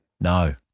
No